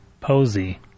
Posey